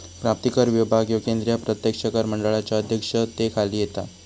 प्राप्तिकर विभाग ह्यो केंद्रीय प्रत्यक्ष कर मंडळाच्या अध्यक्षतेखाली येता